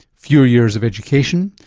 fewer years of education,